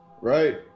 Right